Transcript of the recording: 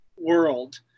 world